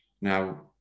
Now